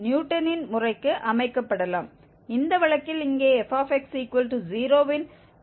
நியூட்டனின் முறைக்கு அமைக்கப்படலாம் இந்த வழக்கில் இங்கே fx0 இன் தீர்வாக இருக்கட்டும்